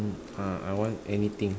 ah I want anything